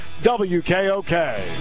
WKOK